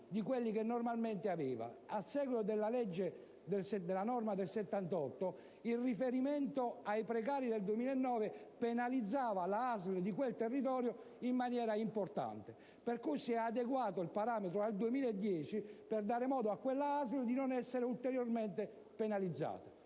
di quelli che normalmente aveva. A seguito del decreto-legge n. 78 del 2010, il riferimento ai precari del 2009 penalizzava la ASL di quel territorio in maniera importante, per cui si è adeguato il parametro al 2010, per dare modo a quella ASL di non essere ulteriormente penalizzata.